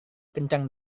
kencang